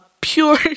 pure